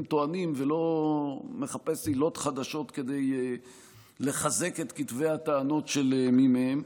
טוענים ולא מחפש עילות חדשות כדי לחזק את כתבי הטענות של מי מהם.